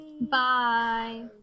Bye